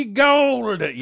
gold